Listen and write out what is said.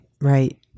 Right